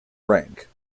rank